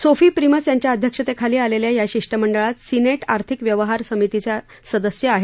Sophie Primus यांच्या अध्यक्षतेखाली आलेल्या या शिष्टमंडळात सिनेट आर्थिक व्यवहार समितीचे सदस्य आहेत